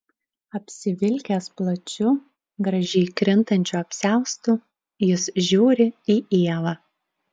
apsivilkęs plačiu gražiai krintančiu apsiaustu jis žiūri į ievą